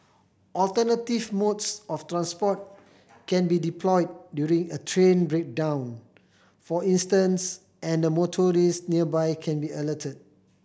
alternative modes of transport can be deployed during a train breakdown for instance and motorist nearby can be alerted